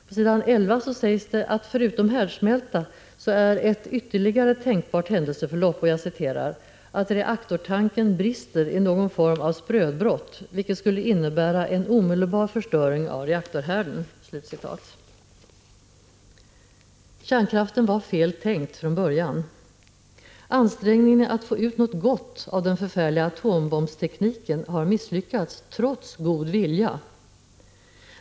På s. 11 sägs det att förutom härdsmälta är ett ytterligare tänkbart händelseförlopp ”att reaktortanken brister i någon form av sprödbrott, vilket skulle innebära en omedelbar förstöring av reaktorhärden”. Kärnkraften var fel tänkt från början. Ansträngningen att få ut något gott av den förfärliga atombombstekniken har misslyckats — trots god vilja.